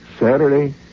Saturday